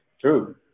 true